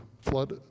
flood